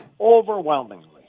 Overwhelmingly